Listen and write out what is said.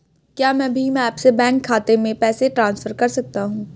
क्या मैं भीम ऐप से बैंक खाते में पैसे ट्रांसफर कर सकता हूँ?